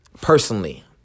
personally